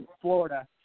Florida